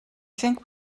think